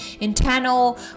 internal